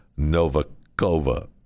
Novakova